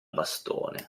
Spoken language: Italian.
bastone